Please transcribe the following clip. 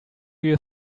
you